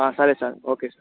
సరే sir okay sir